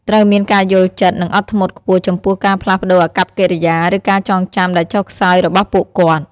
ត្រូវមានការយល់ចិត្ត និងអត់ធ្មត់ខ្ពស់ចំពោះការផ្លាស់ប្តូរអាកប្បកិរិយា ឬការចងចាំដែលចុះខ្សោយរបស់ពួកគាត់។